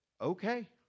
okay